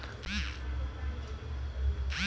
माझ्या चालू खात्यातून पाच हजार रुपये काढा